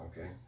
Okay